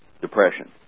depression